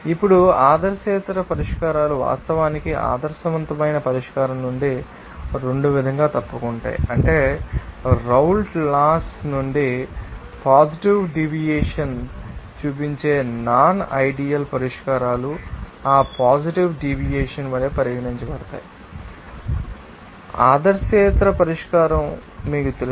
ఇప్పుడు ఆదర్శేతర పరిష్కారాలు వాస్తవానికి ఆదర్శవంతమైన పరిష్కారం నుండి 2 విధంగా తప్పుకుంటాయి అంటే రౌల్ట్ లాస్ నుండి పాజిటివ్ డీవియేషన్ చూపించే నాన్ ఐడీఎల్ పరిష్కారాలు ఆ పాజిటివ్ డీవియేషన్ వలె పరిగణించబడతాయి ఆదర్శేతర పరిష్కారం మీకు తెలుసు